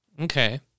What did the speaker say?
okay